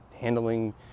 handling